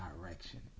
direction